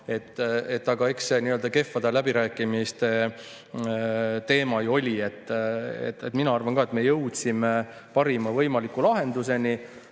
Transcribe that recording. Aga eks see nii-öelda kehvade läbirääkimiste teema ju oli. Mina arvan ka, et me jõudsime parima võimaliku lahenduseni.